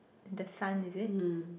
the son is it